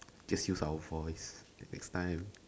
just use our voice next time